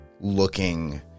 looking